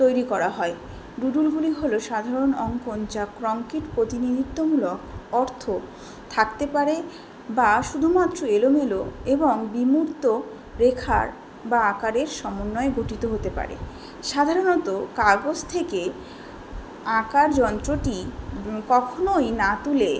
তৈরি করা হয় ডুডুলগুলি হলো সাধারণ অঙ্কন যা কংক্রিট প্রতিনিধিত্বমূলক অর্থ থাকতে পারে বা শুধুমাত্র এলোমেলো এবং বিমূর্ত রেখার বা আকারের সমন্বয়ে গঠিত হতে পারে সাধারণত কাগজ থেকে আঁকার যন্ত্রটি কখনোই না তুলে